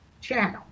Channel